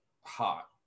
hot